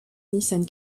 nissan